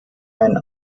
ein